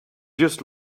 just